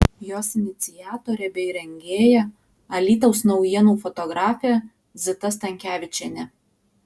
jos iniciatorė bei rengėja alytaus naujienų fotografė zita stankevičienė